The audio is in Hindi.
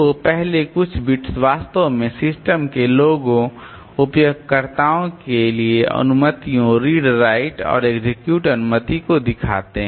तो पहले कुछ बिट्स वास्तव में सिस्टम के लोगों उपयोगकर्ताओं के लिए अनुमतियों रीड राइट और एक्सेक्यूट अनुमति को दिखाते हैं